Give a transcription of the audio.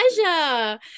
pleasure